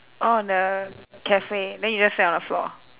orh the cafe then you just sat on the floor